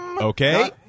okay